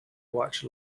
watch